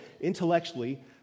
intellectually